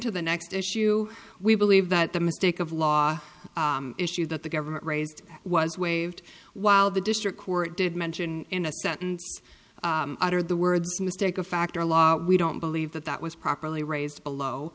to the next issue we believe that the mistake of law issues that the government raised was waived while the district court did mention in a sentence or the words mistake of fact or law we don't believe that that was properly raised below